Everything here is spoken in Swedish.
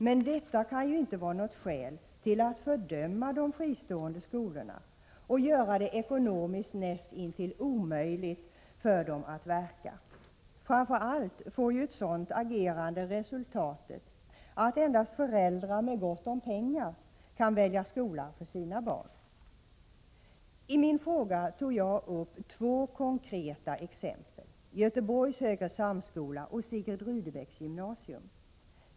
Men detta kan ju inte vara något skäl för att fördöma de fristående skolorna och göra det ekonomiskt nästintill omöjligt för dem att verka. Framför allt får ett sådant agerande resultatet att endast föräldrar med gott om pengar kan välja skola för sina barn. I min fråga tog jag upp två konkreta exempel, högre samskolan i Göteborg och Sigrid Rudebecks gymnasium.